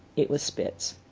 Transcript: it was spitz.